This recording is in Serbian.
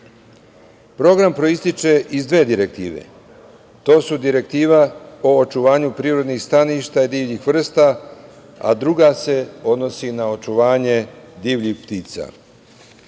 Program proističe iz dve direktive, to su Direktiva o očuvanju prirodnih staništa divljih vrsta, a druga se odnosi na očuvanje divljih ptica.